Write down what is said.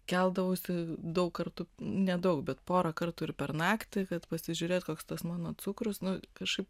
keldavausi daug kartų nedaug bet porą kartų ir per naktį kad pasižiūrėt koks tas mano cukrus nu kažkaip